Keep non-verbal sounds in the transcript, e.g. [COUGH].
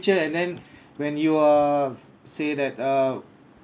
and then [BREATH] when you are s~ say that uh